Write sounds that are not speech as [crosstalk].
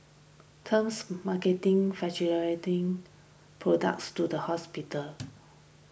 terms marketing [unintelligible] thing products to the hospitals